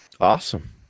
Awesome